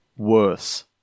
Worse